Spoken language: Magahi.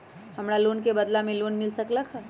हमरा सोना के बदला में लोन मिल सकलक ह?